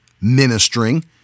ministering